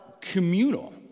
communal